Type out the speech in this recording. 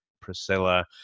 Priscilla